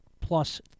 plus